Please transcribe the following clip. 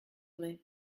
vrai